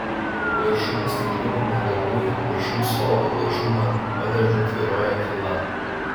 viršum stiklinių miegamųjų viršum sodų viršum margų kotedžų tvyrojo tyla